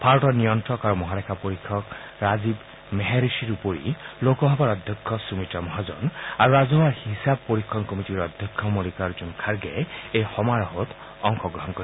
ভাৰতৰ নিয়ন্ত্ৰক আৰু মহালেখা পৰীক্ষক ৰাজীৱ মেহৰিশিৰ উপৰিও লোকসভাৰ অধ্যক্ষ সুমিত্ৰা মহাজন আৰু ৰাজহুৱা হিচাপ পৰীক্ষণ কমিটীৰ অধ্যক্ষ মন্নিকাৰ্জুন খাগেই এই সমাৰোহত অংশগ্ৰহণ কৰিব